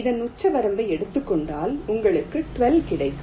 இதன் உச்சவரம்பை எடுத்துக் கொண்டால் உங்களுக்கு 12 கிடைக்கும்